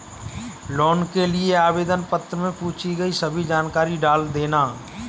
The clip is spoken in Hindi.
लोन के लिए आवेदन पत्र में पूछी गई सभी जानकारी डाल देना